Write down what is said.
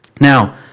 Now